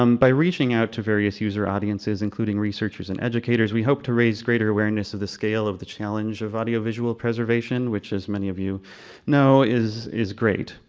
um by reaching out various user audiences, including researchers and educators, we hope to raise greater awareness of the scale of the challenge of audio visual preservation, which as many of you know is is great.